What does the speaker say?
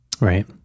right